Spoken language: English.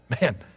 Man